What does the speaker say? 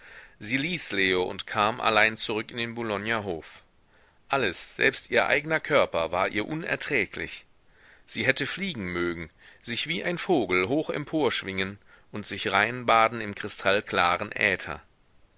sie ließ leo und kam allein zurück in den boulogner hof alles selbst ihr eigner körper war ihr unerträglich sie hätte fliegen mögen sich wie ein vogel hoch emporschwingen und sich rein baden im kristallklaren äther